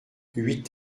huit